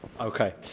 Okay